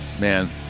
Man